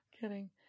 kidding